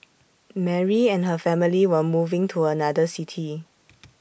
Mary and her family were moving to another city